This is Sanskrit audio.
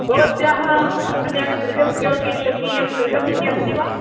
भवत्याः अन्यत् गृहं किमपि स्वकीयं गृहम् इति अस्ति वा